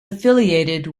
affiliated